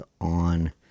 on